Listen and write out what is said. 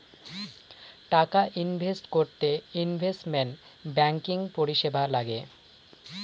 টাকা ইনভেস্ট করতে investment banking পরিষেবা লাগে